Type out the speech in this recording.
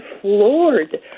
floored